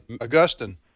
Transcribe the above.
Augustine